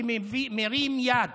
כל מי שמרים יד